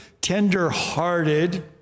tender-hearted